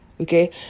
okay